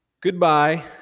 Goodbye